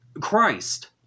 Christ